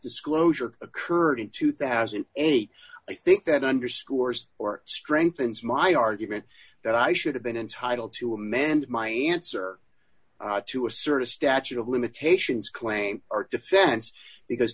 disclosure occurred in two thousand and eight i think that underscores or strengthens my argument that i should have been entitled to amend my answer to a sort of statute of limitations claim or defense because